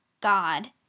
God